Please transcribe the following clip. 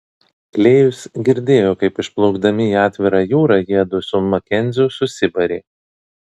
klėjus girdėjo kaip išplaukdami į atvirą jūrą jiedu su makenziu susibarė